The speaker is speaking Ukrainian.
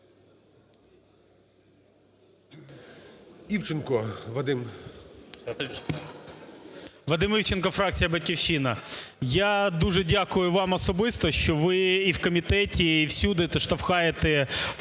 Вадим Івченко, фракція "Батьківщина". Я дуже дякую вам особисто, що ви і в комітеті, і всюди "штовхаєте" вкрай